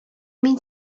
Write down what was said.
мин